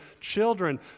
children